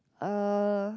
uh